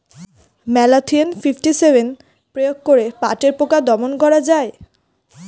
Malathion fifty seven প্রয়োগ করে পাটের পোকা দমন করা যায়?